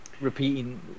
repeating